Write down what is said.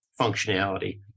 functionality